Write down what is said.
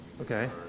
Okay